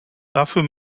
dafür